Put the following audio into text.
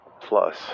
plus